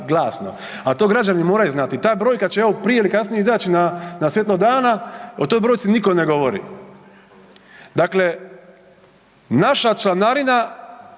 glasno, a to građani moraju znati. Ta brojka će evo prije ili kasnije izaći na svjetlo dana, o toj brojci nitko ne govori. Dakle, naša članarina